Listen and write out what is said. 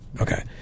Okay